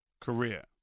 career